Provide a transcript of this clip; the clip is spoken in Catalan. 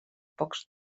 pocs